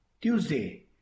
Tuesday